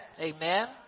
Amen